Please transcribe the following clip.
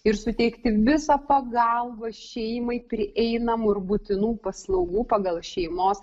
ir suteikti visą pagalbą šeimai prieinamų ir būtinų paslaugų pagal šeimos